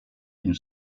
une